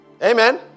Amen